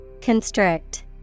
Constrict